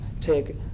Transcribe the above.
take